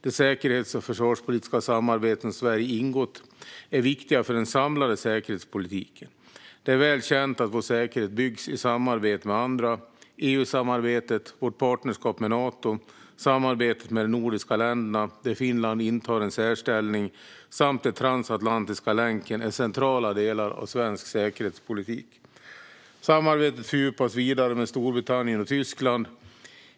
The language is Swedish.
De säkerhets och försvarspolitiska samarbeten som Sverige ingått är viktiga för den samlade säkerhetspolitiken. Det är väl känt att vår säkerhet byggs i samarbete med andra. EU-samarbetet, vårt partnerskap med Nato, samarbetet med de nordiska länderna, där Finland intar en särställning, samt den transatlantiska länken är centrala delar i svensk säkerhetspolitik. Samarbetet fördjupas vidare med Storbritannien och Tyskland.